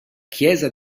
chiesa